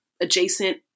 adjacent